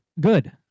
good